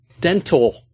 dental